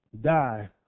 die